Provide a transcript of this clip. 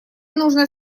нужно